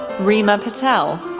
reema patel,